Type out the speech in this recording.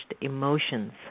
emotions